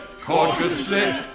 cautiously